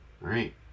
right